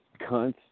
cunts